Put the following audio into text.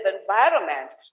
environment